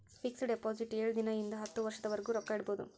fix deposit ಏಳು ದಿನ ಇಂದ ಹತ್ತು ವರ್ಷದ ವರ್ಗು ರೊಕ್ಕ ಇಡ್ಬೊದು